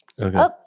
Okay